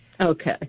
Okay